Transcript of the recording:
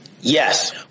Yes